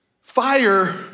fire